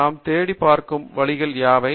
நாம் தேடிப் பார்க்கும் வழிகள் யாவை